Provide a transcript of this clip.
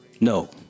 no